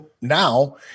now